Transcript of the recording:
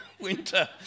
Winter